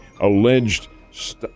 alleged